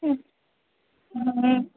হুম হুম